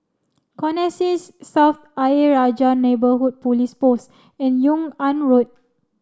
Connexis South Ayer Rajah Neighbourhood Police Post and Yung An Road